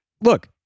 Look